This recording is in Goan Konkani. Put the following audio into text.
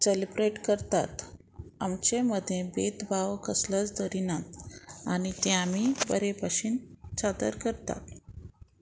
सेलिब्रेट करतात आमचे मदें भेदभाव कसलोच धरिनात आनी ते आमी बरे भशेन सादर करतात